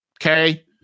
okay